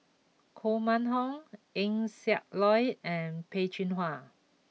Koh Mun Hong Eng Siak Loy and Peh Chin Hua